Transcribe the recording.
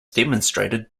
demonstrated